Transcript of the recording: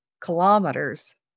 kilometers